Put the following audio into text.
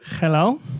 Hello